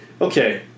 okay